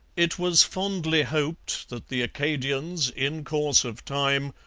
it was fondly hoped that the acadians, in course of time,